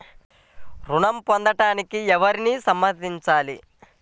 ఋణం పొందటానికి ఎవరిని సంప్రదించాలి?